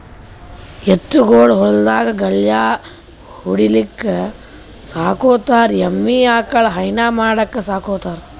ಎತ್ತ್ ಗೊಳ್ ಹೊಲ್ದಾಗ್ ಗಳ್ಯಾ ಹೊಡಿಲಿಕ್ಕ್ ಸಾಕೋತಾರ್ ಎಮ್ಮಿ ಆಕಳ್ ಹೈನಾ ಮಾಡಕ್ಕ್ ಸಾಕೋತಾರ್